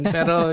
Pero